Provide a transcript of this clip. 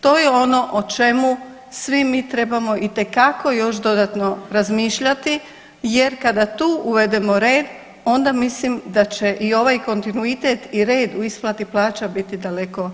To je ono o čemu svi mi trebamo itekako još dodatno razmišljati, jer kada tu uvedemo red onda mislim da će i ovaj kontinuitet i red u isplati plaća biti daleko bolji.